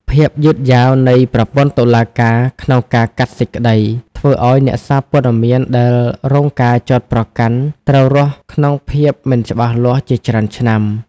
ភាពយឺតយ៉ាវនៃប្រព័ន្ធតុលាការក្នុងការកាត់សេចក្តី ធ្វើឱ្យអ្នកសារព័ត៌មានដែលរងការចោទប្រកាន់ត្រូវរស់ក្នុងភាពមិនច្បាស់លាស់ជាច្រើនឆ្នាំ។